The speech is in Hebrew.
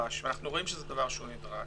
נדרש ואנחנו רואים שזה דבר נדרש,